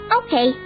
okay